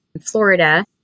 Florida